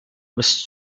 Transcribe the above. was